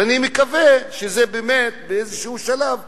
היו בכל מיני מקומות שביצעו שם הריסות,